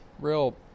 real